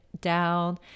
down